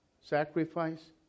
sacrifice